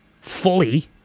fully